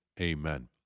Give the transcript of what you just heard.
Amen